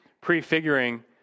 prefiguring